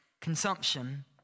Consumption